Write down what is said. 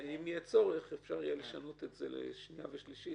ואם יהיה צורך אפשר יהיה לשנות את זה לשנייה ושלישית